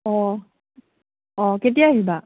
অঁ অঁ কেতিয়া আহিবা